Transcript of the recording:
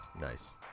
Nice